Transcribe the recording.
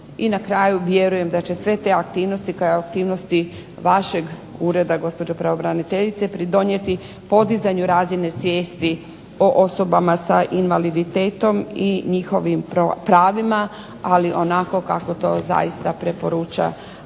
I na kraju vjerujem da će sve te aktivnosti kao i aktivnosti vašeg ureda gospođo pravobraniteljice pridonijeti podizanju razine svijesti o osobama sa invaliditetom i njihovim pravima. Ali onako kako to zaista preporuča